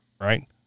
right